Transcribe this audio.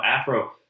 afro